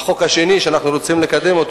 החוק השני שאנחנו רוצים לקדם,